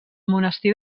monestir